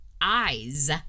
eyes